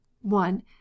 one